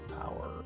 power